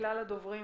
מכלל הדוברים